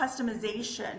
customization